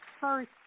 first